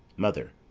mother.